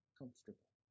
comfortable